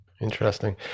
Interesting